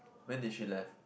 when did she left